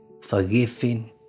forgiving